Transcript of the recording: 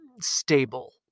stable